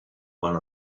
one